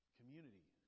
Community